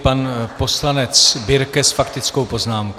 Pan poslanec Birke s faktickou poznámkou.